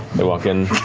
they walk in.